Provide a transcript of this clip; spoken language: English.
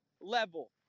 level